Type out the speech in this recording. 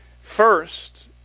First